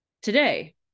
today